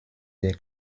der